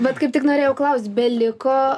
bet kaip tik norėjau klaust beliko